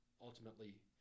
ultimately